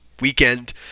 weekend